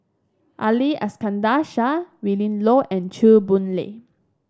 Ali Iskandar Shah Willin Low and Chew Boon Lay